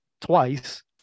twice